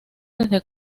desde